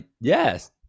yes